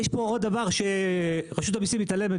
יש פה עוד דבר שרשות המיסים מתעלמת